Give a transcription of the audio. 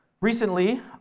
Recently